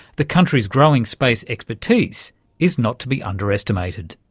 the country's growing space expertise is not to be underestimated.